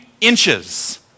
inches